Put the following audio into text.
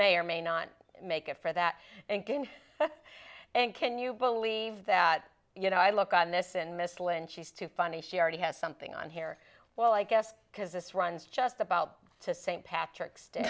may or may not make it for that and good and can you believe that you know i look on this and miss lind she's too funny she already has something on here well i guess because this runs just about to st patrick's day